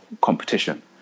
competition